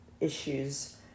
issues